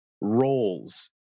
roles